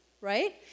right